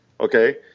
okay